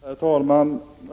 Herr talman!